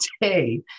today